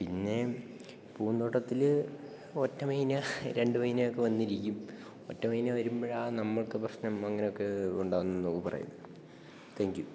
പിന്നെ പൂന്തോട്ടത്തില് ഒറ്റ മൈന രണ്ട് മൈനയൊക്കെ വന്നിരിക്കും ഒറ്റ മൈന വരുമ്പോഴാണു നമ്മള്ക്കു പ്രശ്നം അങ്ങനെയൊക്കെ ഉണ്ടാവുന്നു എന്നൊക്കെ പറയും താങ്ക്യൂ